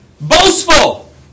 Boastful